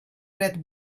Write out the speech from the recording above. red